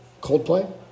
Coldplay